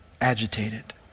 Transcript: agitated